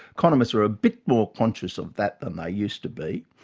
economists are a bit more conscious of that than they used to be.